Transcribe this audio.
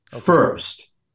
first